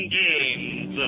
games